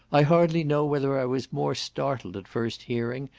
i hardly know whether i was more startled at first hearing,